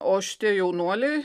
o šitie jaunuoliai